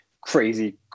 crazy